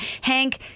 Hank